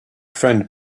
friend